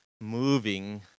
moving